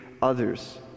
Others